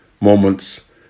moments